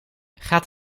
gaat